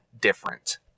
different